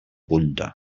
punta